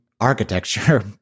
architecture